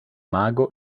mago